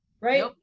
right